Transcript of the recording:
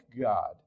God